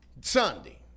Sunday